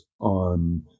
on